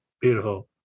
Beautiful